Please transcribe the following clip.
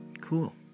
Cool